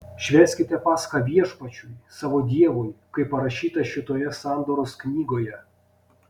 švęskite paschą viešpačiui savo dievui kaip parašyta šitoje sandoros knygoje